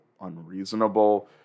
unreasonable